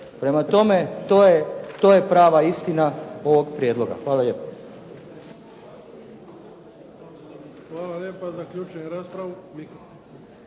Prema tome, to je prava istina ovog prijedloga. Hvala lijepo.